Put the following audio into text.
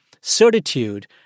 certitude